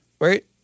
Right